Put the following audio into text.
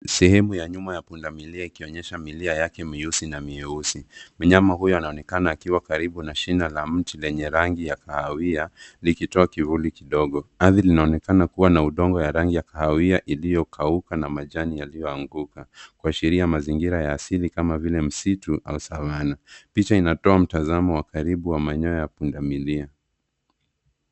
Sehemu ya nyuma ya pundamilia ikionyesha milia yake mieusi na mieusi . Mnyama huyo anaonekana akiwa karibu na shina la mti lenye rangi ya kahawia likitoa kivuli kidogo. Ardhi inaonekana kuwa na udongo ya rangi ya kahawia iliyokauka na majani yaliyoanguka kuashiria mazingira ya asili kama vile msitu au samana. Picha inatoa mtazamo wa karibu wa manyoya ya pundamilia.